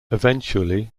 eventually